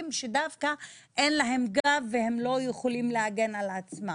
שדווקא אין להם גב והם לא יכולים להגן על עצמם.